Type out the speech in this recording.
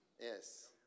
Yes